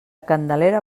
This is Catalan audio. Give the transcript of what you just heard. candelera